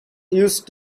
used